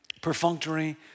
perfunctory